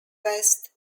west